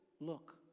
look